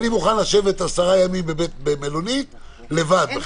אני מוכן לשבת עשרה ימים במלונית לבד בחדר.